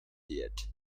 yet